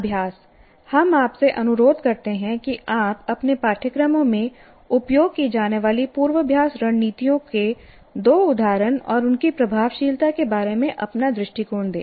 अभ्यास हम आपसे अनुरोध करते हैं कि आप अपने पाठ्यक्रमों में उपयोग की जाने वाली पूर्वाभ्यास रणनीतियों के दो उदाहरण और उनकी प्रभावशीलता के बारे में अपना दृष्टिकोण दें